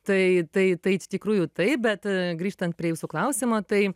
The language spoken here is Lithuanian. tai tai tai iš tikrųjų taip bet grįžtant prie jūsų klausimo tai